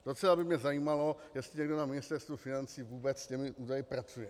Docela by mě zajímalo, jestli někdo na Ministerstvu financí vůbec s těmi údaji pracuje.